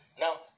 now